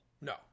no